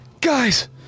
Guys